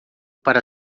para